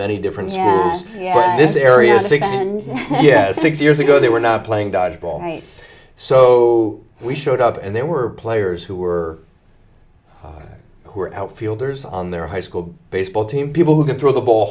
many different this area six and yes six years ago they were not playing dodgeball right so we showed up and there were players who were who're outfielders on their high school baseball team people who can throw the ball